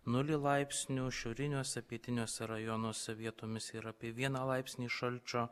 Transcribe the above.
nulį laipsnių šiauriniuose pietiniuose rajonuose vietomis yra apie vieną laipsnį šalčio